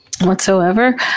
whatsoever